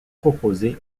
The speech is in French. proposée